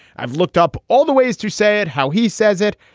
i've looked up all the ways to say it, how he says it.